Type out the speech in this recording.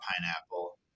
pineapple